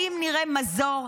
האם נראה מזור?